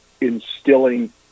instilling